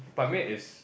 Ban-Mian is